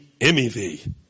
MEV